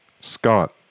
Scott